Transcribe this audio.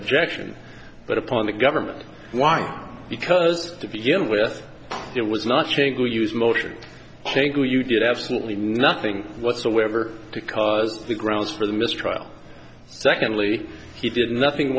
objection but upon the government why because to begin with it was not changed to use motion you did absolutely nothing whatsoever to cause the grounds for the mistrial secondly he did nothing